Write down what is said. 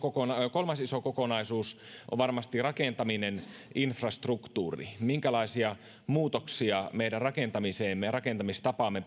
kolmas iso kokonaisuus on varmasti rakentaminen infrastruktuuri minkälaisia muutoksia meidän rakentamiseemme ja rakentamistapaamme